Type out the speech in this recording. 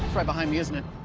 right behind me, isn't it?